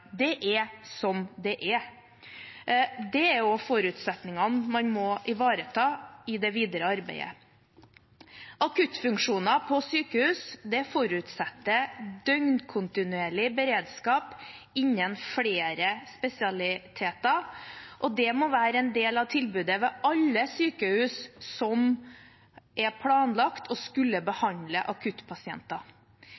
på Helgeland er som det er. Dette er forutsetningene man må ivareta i det videre arbeidet. Akuttfunksjoner på sykehus forutsetter døgnkontinuerlig beredskap innen flere spesialiteter, og det må være en del av tilbudet ved alle sykehus som er planlagt å skulle